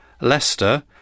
Leicester